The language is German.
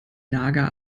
nager